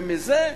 ומזה,